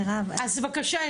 מירב --- אז בבקשה,